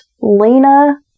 Lena